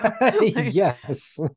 Yes